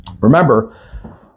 Remember